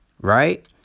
Right